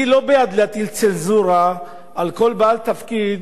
אני לא בעד להטיל צנזורה על כל בעל תפקיד,